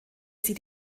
sie